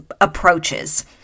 approaches